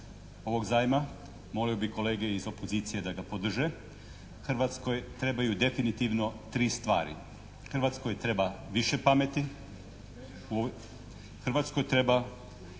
Hrvatskoj trebaju definitivno tri stvari. Hrvatskoj treba više pameti, Hrvatskoj treba